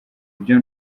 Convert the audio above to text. byo